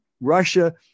Russia